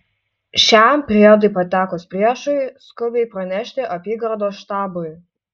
šiam priedui patekus priešui skubiai pranešti apygardos štabui